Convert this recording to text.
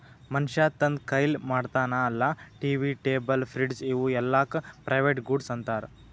ಮನ್ಶ್ಯಾ ತಂದ್ ಕೈಲೆ ಮಾಡ್ತಾನ ಅಲ್ಲಾ ಟಿ.ವಿ, ಟೇಬಲ್, ಫ್ರಿಡ್ಜ್ ಇವೂ ಎಲ್ಲಾಕ್ ಪ್ರೈವೇಟ್ ಗೂಡ್ಸ್ ಅಂತಾರ್